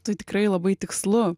tai tikrai labai tikslu